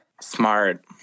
Smart